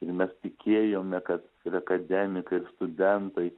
ir mes tikėjome kad ir akademikai ir studentai